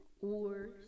Wars